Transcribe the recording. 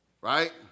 right